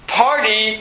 party